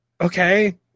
okay